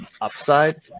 upside